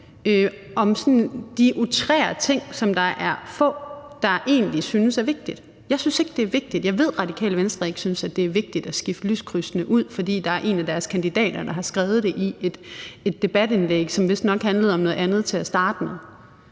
de outrerede ting, som der er få, der egentlig synes er vigtigt. Jeg synes ikke, det er vigtigt, og jeg ved, at Radikale Venstre ikke synes, det er vigtigt at skifte lyskrydsene ud, fordi der er en af deres kandidater, der har skrevet det i et debatindlæg, som vistnok handlede om noget andet til at starte med.